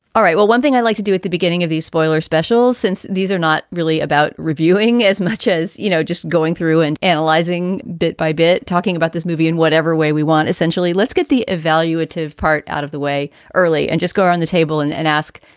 all right. well, one thing i like to do at the beginning of these spoiler specials, since these are not really about reviewing as much as, you know, just going through and analyzing. bit by bit talking about this movie in whatever way we want. essentially, let's get the evaluative part out of the way early and just go around the table and and ask,